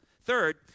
Third